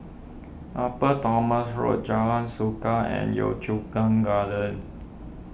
Upper Thomson Road Jalan Suka and Yio Chu Kang Gardens